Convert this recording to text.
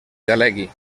delegui